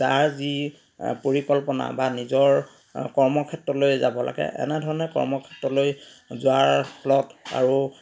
যাৰ যি পৰিকল্পনা বা নিজৰ কৰ্মক্ষেত্ৰলৈ যাব লাগে এনেধৰণে কৰ্মক্ষেত্ৰলৈ যোৱাৰ ফলত আৰু